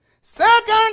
second